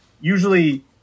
Usually –